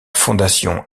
fondation